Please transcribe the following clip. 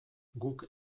guk